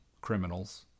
Criminals